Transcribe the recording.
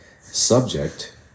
Subject